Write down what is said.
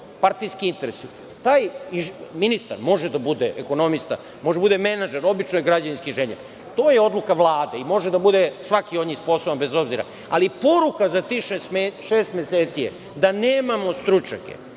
partijski interesi. Taj ministar može da bude ekonomista, može da bude menadžer, obično je građevinski inženjer. To je odluka Vlade i može da bude svaki. On je i sposoban, bez obzira. Poruka za tih šest meseci je da nemamo stručnjake,